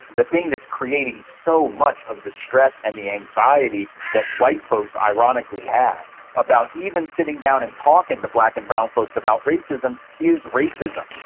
the thing that's creating so much of the stress and the anxiety that white folks ironically have about even sitting down and talking to black and brown folks about racism is racism.